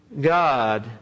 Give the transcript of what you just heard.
God